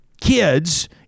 kids